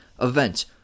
event